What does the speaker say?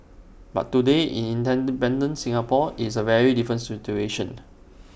but today in independent Singapore is A very different situation